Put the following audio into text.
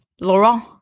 Laurent